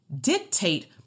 dictate